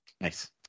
Nice